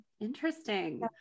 Interesting